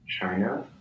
China